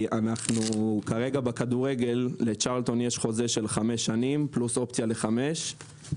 כרגע בכדורגל לצ'רלטון יש חוזה של חמש שנים פלוס אופציה לעוד חמש שנים.